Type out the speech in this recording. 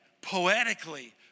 poetically